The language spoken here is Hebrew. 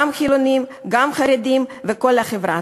גם חילונים, גם חרדים, וכל החברה.